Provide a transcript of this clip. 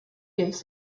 gives